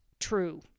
true